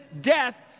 death